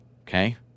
Okay